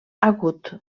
hagut